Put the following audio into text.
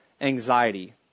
anxiety